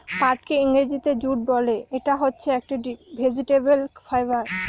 পাটকে ইংরেজিতে জুট বলে, ইটা হচ্ছে একটি ভেজিটেবল ফাইবার